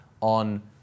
on